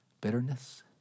bitterness